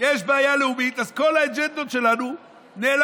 יש בעיה לאומית, אז כל האג'נדות שלנו נעלמות,